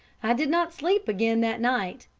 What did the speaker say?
i did not sleep again that night,